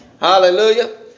Hallelujah